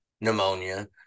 pneumonia